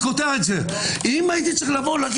לו הייתי צריך לומר: